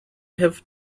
have